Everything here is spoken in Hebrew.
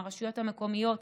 עם הרשויות המקומיות,